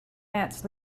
ants